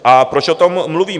A proč o tom mluvím?